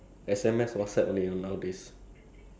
that's why right nowadays we barely even use